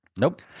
Nope